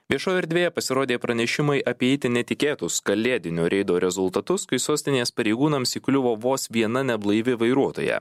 viešoje erdvėje pasirodė pranešimai apie itin netikėtus kalėdinio reido rezultatus kai sostinės pareigūnams įkliuvo vos viena neblaivi vairuotoja